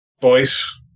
voice